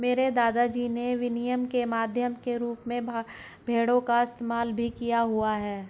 मेरे दादा जी ने विनिमय के माध्यम के रूप में भेड़ों का इस्तेमाल भी किया हुआ है